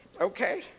okay